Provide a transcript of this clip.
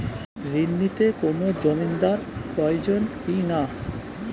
ঋণ নিতে কোনো জমিন্দার প্রয়োজন কি না?